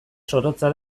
zorrotza